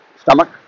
stomach